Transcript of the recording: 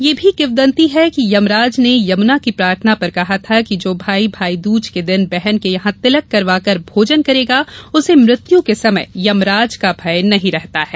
यह भी किवदंती है कि यमराज ने यमुना की प्रार्थना पर कहा था कि जो भाई भाईदूज के दिन बहन के यहां तिलक करवाकर भोजन करेगा उसे मृत्यु के समय यमराज का भय नही रहता है